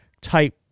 type